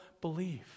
believe